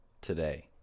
today